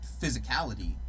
physicality